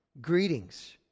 greetings